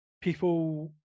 people